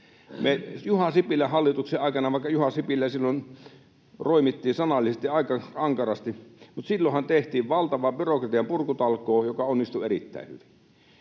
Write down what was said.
Me Juha Sipilän hallituksen aikanahan — vaikka Juha Sipilää silloin roimittiin sanallisesti aika ankarasti — tehtiin valtava byrokratian purkutalkoo, joka onnistui erittäin hyvin.